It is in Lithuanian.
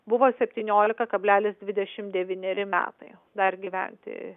buvo septyniolika kablelis dvidešimt devyneri metai dar gyventi